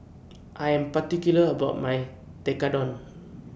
I Am particular about My Tekkadon